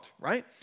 right